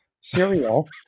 cereal